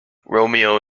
romeo